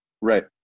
Right